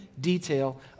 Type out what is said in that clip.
detail